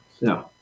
No